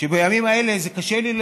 שבימים האלה זה קשה לי,